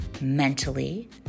mentally